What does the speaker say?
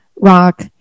rock